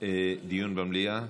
דיון במליאה?